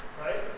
Right